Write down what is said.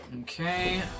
Okay